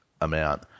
amount